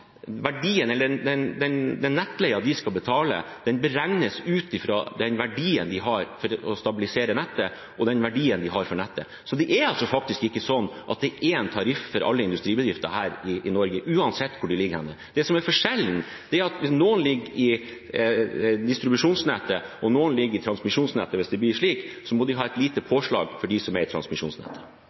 verdien det har å stabilisere nettet, og den verdien de har for nettet. Det er ikke sånn at det er én tariff for alle industribedrifter her i Norge – uansett hvor de ligger. Det som er forskjellen, er at hvis det blir slik at noen ligger i distribusjonsnettet, og noen ligger i transmisjonsnettet, må man ha et lite påslag for dem som er i transmisjonsnettet.